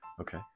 Okay